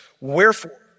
wherefore